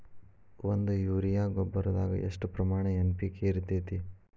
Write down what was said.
ಒಂದು ಯೂರಿಯಾ ಗೊಬ್ಬರದಾಗ್ ಎಷ್ಟ ಪ್ರಮಾಣ ಎನ್.ಪಿ.ಕೆ ಇರತೇತಿ?